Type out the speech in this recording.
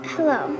Hello